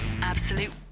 Absolute